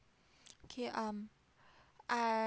okay um I